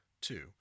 Two